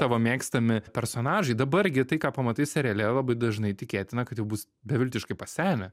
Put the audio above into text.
tavo mėgstami personažai dabar gi tai ką pamatai seriale labai dažnai tikėtina kad jau bus beviltiškai pasenę